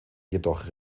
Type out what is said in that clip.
jedoch